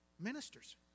Ministers